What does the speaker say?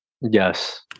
Yes